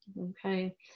okay